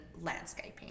landscaping